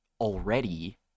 already